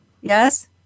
yes